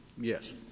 Yes